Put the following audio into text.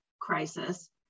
crisis